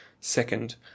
Second